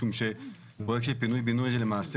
משום שפרויקט של פינוי בינוי הוא למעשה